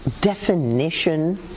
definition